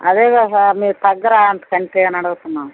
అదే సార్ మీరు తగ్గరా అంతకంటే అనడుగుతున్నాను